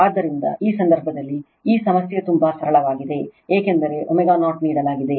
ಆದ್ದರಿಂದ ಈ ಸಂದರ್ಭದಲ್ಲಿ ಈ ಸಮಸ್ಯೆ ತುಂಬಾ ಸರಳವಾಗಿದೆ ಏಕೆಂದರೆ ω0 ನೀಡಲಾಗಿದೆ